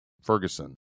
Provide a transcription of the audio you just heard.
Ferguson